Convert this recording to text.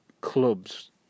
clubs